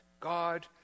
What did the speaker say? God